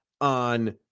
on